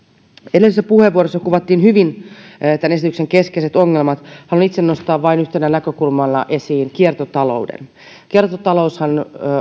edellisessä puheenvuorossa kuvattiin hyvin tämän esityksen keskeiset ongelmat haluan itse nostaa vain yhtenä näkökulmana esiin kiertotalouden kiertotaloushan